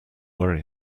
worry